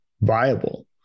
viable